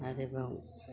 आरोबाव